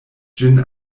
ĝin